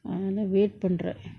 அதனால:athanala wait பன்ர:panra